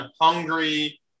hungry